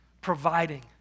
providing